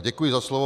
Děkuji za slovo.